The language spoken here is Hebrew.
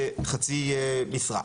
חצי משרה.